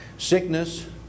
Sickness